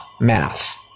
mass